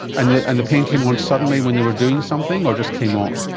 and the and the pain came on suddenly when there were doing something or just came on?